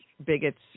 bigots